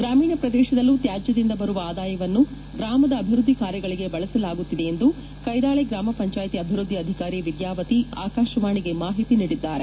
ಗ್ರಮೀಣ ಪ್ರದೇಶದಲ್ಲೂ ತ್ಯಾಜ್ಯದಿಂದ ಬರುವ ಆದಾಯವನ್ನು ಗ್ರಾಮದ ಅಭಿವೃದ್ದಿ ಕಾರ್ಯಗಳಿಗೆ ಬಳಸಲಾಗುತ್ತಿದೆ ಎಂದು ಕೈದಾಳೆ ಗ್ರಾಮ ಪಂಚಾಯಿತಿ ಅಭಿವೃದ್ಧಿ ಅಧಿಕಾರಿ ವಿದ್ಯಾವತಿ ಆಕಾಶವಾಣಿಗೆ ಮಾಹಿತಿ ನೀಡಿದ್ದಾರೆ